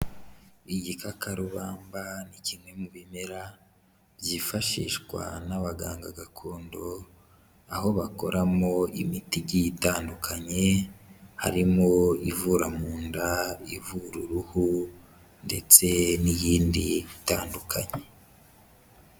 Igikakarubamba ni kimwe mu bimera byifashishwa n'abaganga gakondo aho bakoramo imiti igiye itandukanye, harimo ivura mu nda, ivura uruhu ndetse n'iyindi itandukanye.